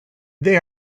they